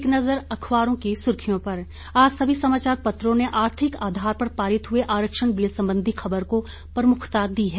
एक नज़र अखबारों की सुर्खियों पर आज सभी समाचार पत्रों ने आार्थिक आधार पर पारित हुए आरक्षण बिल संबंधी खबर को प्रमुखता दी है